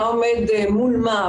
מה עומד מול מה,